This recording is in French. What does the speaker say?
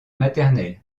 maternelle